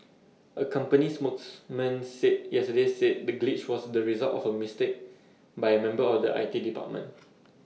A company spokesman said yesterday said the glitch was the result of A mistake by A member of the I T department